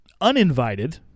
uninvited